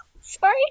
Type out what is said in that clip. Sorry